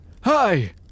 Hi